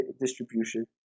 distribution